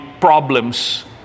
problems